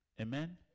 Amen